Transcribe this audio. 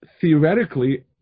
Theoretically